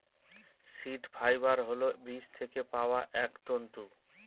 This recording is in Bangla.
সীড ফাইবার হল বীজ থেকে পাওয়া এক তন্তু